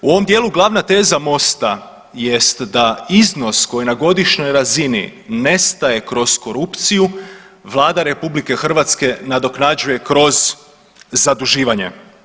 U ovom dijelu glavna teza MOST-a jest da iznos koji na godišnjoj razini nestaje kroz korupciju Vlada RH nadoknađuje kroz zaduživanje.